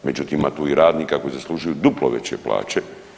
Međutim, ima tu i radnika koji zaslužuju duplo veće plaće.